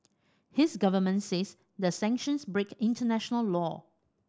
his government says the sanctions break international law